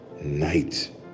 night